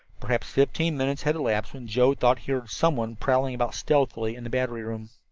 perhaps fifteen minutes had elapsed when joe thought he heard someone prowling about stealthily in the battery room.